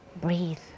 breathe